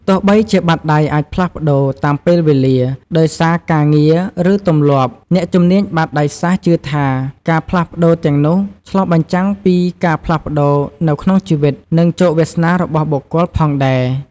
ទោះបីជាបាតដៃអាចផ្លាស់ប្តូរតាមពេលវេលា ដោយសារការងារ ឬទម្លាប់ អ្នកជំនាញបាតដៃសាស្រ្តជឿថា ការផ្លាស់ប្តូរទាំងនោះឆ្លុះបញ្ចាំងពីការផ្លាស់ប្តូរនៅក្នុងជីវិត និងជោគវាសនារបស់បុគ្គលផងដែរ។